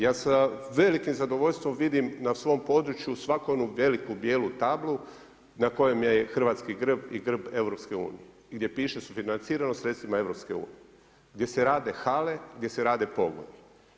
Ja sa velikim zadovoljstvom vidim na svom području svaku onu veliku bijelu tablu na kojem je hrvatski grb i grb EU, gdje piše sufinancirano sredstvima EU, gdje se rade hale, gdje se rade pogoni.